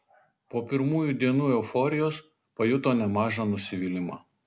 po pirmųjų dienų euforijos pajuto nemažą nusivylimą